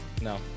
No